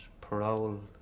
parole